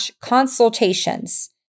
consultations